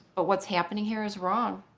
but what's happening here is wrong.